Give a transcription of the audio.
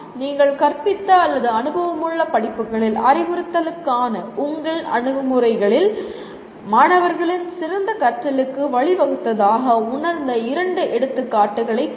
நீங்கள் கற்பித்த அல்லது அனுபவமுள்ள படிப்புகளில் அறிவுறுத்தலுக்கான உங்கள் அணுகுமுறைகளில் மாணவர்களின் சிறந்த கற்றலுக்கு வழிவகுத்ததாக உணர்ந்த இரண்டு எடுத்துக்காட்டுகளைக் கொடுங்கள்